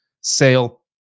sale